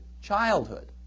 childhood